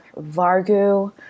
Vargu